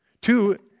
Two